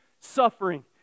suffering